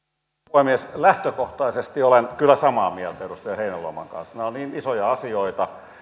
puhemies lähtökohtaisesti olen kyllä samaa mieltä edustaja heinäluoman kanssa nämä ovat niin isoja asioita